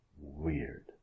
weird